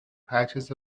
patches